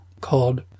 called